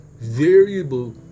Variable